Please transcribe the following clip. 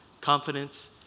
confidence